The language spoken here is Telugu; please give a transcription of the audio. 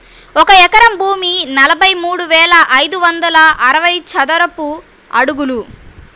ఒక ఎకరం భూమి నలభై మూడు వేల ఐదు వందల అరవై చదరపు అడుగులు